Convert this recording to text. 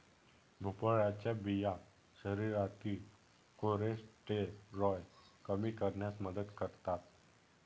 भोपळ्याच्या बिया शरीरातील कोलेस्टेरॉल कमी करण्यास मदत करतात